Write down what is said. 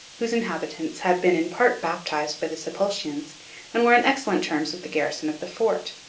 whose inhabitants had been in part baptized by the sulpicians and were on excellent terms with the garrison of the fort.